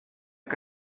que